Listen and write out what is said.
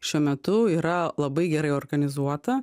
šiuo metu yra labai gerai organizuota